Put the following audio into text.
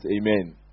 Amen